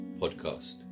podcast